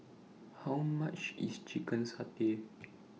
How much IS Chicken Satay